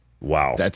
Wow